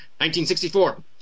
1964